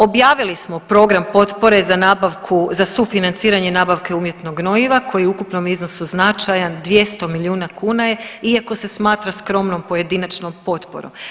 Objavili smo program potpore za sufinanciranje nabavke umjetnog gnojiva koji je u ukupnom iznosu značajan, 200 milijuna kuna iako se smatra skromnom pojedinačnom potporom.